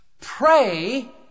pray